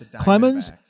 Clemens